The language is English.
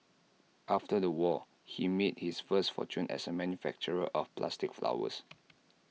after the war he made his first fortune as A manufacturer of plastic flowers